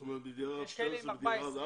זאת אומרת בדירה אחת 12 ובדירה אחת ארבע?